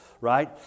right